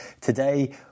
Today